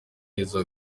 neza